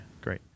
great